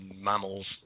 mammals